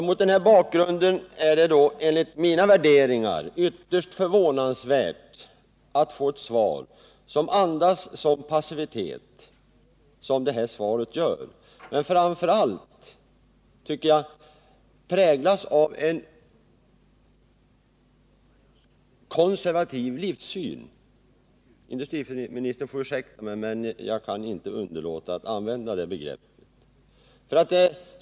Mot denna bakgrund är det enligt mina värderingar ytterst förvånansvärt att få ett svar som andas sådan passivitet som detta svar gör, men framför allt tycker jag att svaret präglas av en konservativ livssyn — industriministern får ursäkta mig men jag kan inte underlåta att använda detta begrepp.